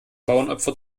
bauernopfer